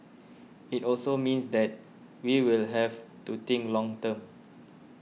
it also means that we will have to think long term